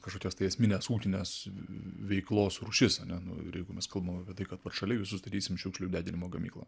kažkokias tai esmines ūkinės veiklos rūšis ane nu ir jeigu mes kalbam apie tai kad vat šalia jūsų statysim šiukšlių deginimo gamyklą